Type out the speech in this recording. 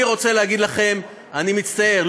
אני רוצה להגיד לכם: אני מצטער,